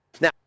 Now